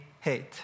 hate